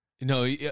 No